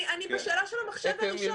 אני בשאלה של המחשב הראשון.